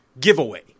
giveaway